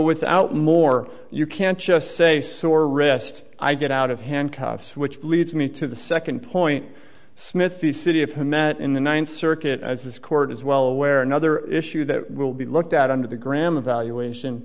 without more you can't just say sore wrist i get out of handcuffs which leads me to the second point smith the city of who met in the ninth circuit as this court is well aware another issue that will be looked at under the graham evaluation